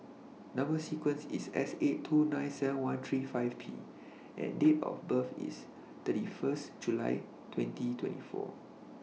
Number sequence IS S eight two nine seven one three five P and Date of birth IS thirty First July twenty twenty four